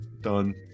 done